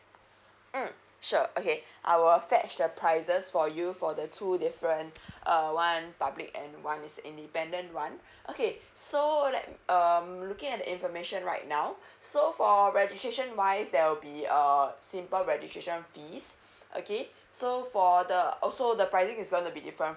mm sure okay I will fetch the prices for you for the two different uh one public and one is independent one okay so like um looking at the information right now so for registration wise there will be a simple registration fees okay so for the also the pricing is gonna be different